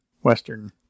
Western